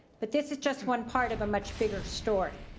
but this is just one part of a much bigger story.